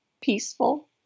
peaceful